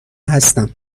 هستم